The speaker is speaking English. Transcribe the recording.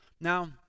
Now